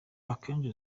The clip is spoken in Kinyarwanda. akenshi